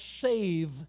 save